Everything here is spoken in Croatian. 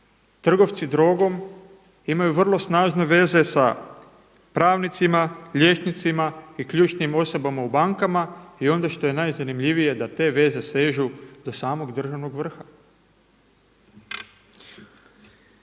trgovci drogom imaju vrlo snažne veze sa pravnicima, liječnicima i ključnim osobama u bankama i ono što je najzanimljivije da te veze sežu do samog državnog vrha.